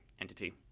entity